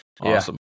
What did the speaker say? awesome